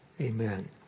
Amen